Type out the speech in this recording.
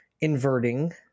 inverting